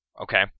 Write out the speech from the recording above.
Okay